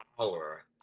hour